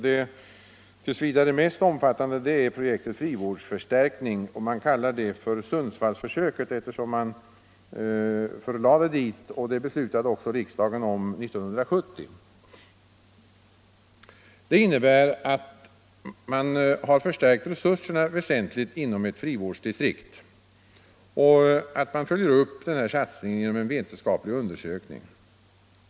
Det tills vidare mest omfattande är projektet frivårdsförstärkning. Man kallar det för Sundsvallsförsöket, eftersom man förlade det dit. Det beslutade riksdagen om år 1970. Det innebär att man har förstärkt resurserna väsentligt inom ett frivårdsdistrikt, och att man följer upp denna satsning genom en vetenskaplig undersökning.